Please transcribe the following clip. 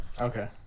Okay